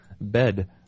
bed